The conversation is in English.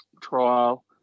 trial